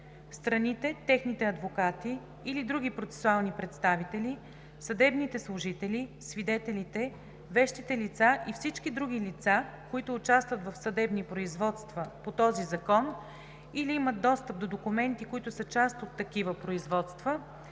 Страните, техните адвокати или други процесуални представители, съдебните служители, свидетелите, вещите лица и всички други лица, които участват в съдебни производства по този закон или имат достъп до документи, които са част от такива производства,